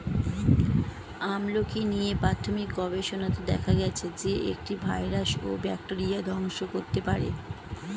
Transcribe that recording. আমলকী নিয়ে প্রাথমিক গবেষণাতে দেখা গেছে যে, এটি ভাইরাস ও ব্যাকটেরিয়া ধ্বংস করতে পারে